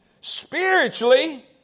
Spiritually